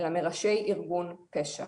אלא מראשי ארגון פשע.